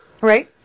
Right